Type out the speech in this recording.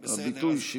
הביטוי,